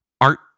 art